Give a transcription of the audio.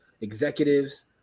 executives